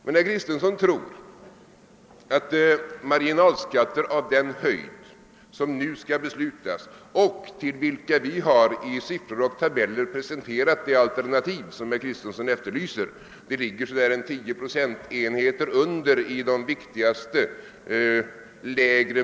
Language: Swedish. Vi har i siffror och tabeller presenterat det alternativ för marginalskatter som herr Kristenson efterlyser. Det lig ger i de viktigaste lägre mellaninkomstskikten så där 10 procentenheter lägre än propositionens förslag.